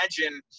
imagine